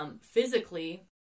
Physically